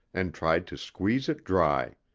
and tried to squeeze it dry.